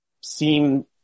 seem